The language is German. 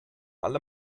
alle